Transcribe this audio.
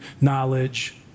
knowledge